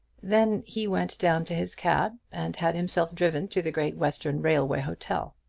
then he went down to his cab and had himself driven to the great western railway hotel.